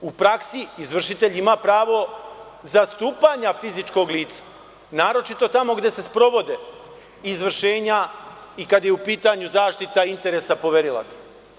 U praksi izvršitelj ima pravo zastupanja fizičkog lica, a naročito tamo gde se sprovode izvršenja i kada je u pitanju zaštita interesa poverilaca.